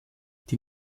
die